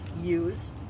use